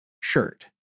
Shirt